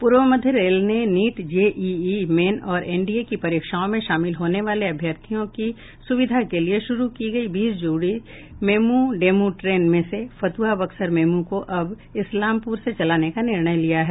पूर्व मध्य रेल ने नीट जेईई मेन और एनडीए की परीक्षाओं में शामिल होने वाले अभ्यर्थियों की सुविधा के लिए शुरू की गई बीस जोड़ी मेमू डेमू ट्रेन में से फतुहा बक्सर मेमू को अब इस्लामपुर से चलाने का निर्णय लिया है